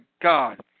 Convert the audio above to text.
God